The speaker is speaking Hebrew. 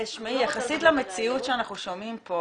תשמעי, יחסית למציאות שאנחנו שומעים פה,